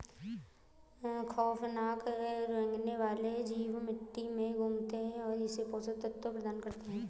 खौफनाक रेंगने वाले जीव मिट्टी में घूमते है और इसे पोषक तत्व प्रदान करते है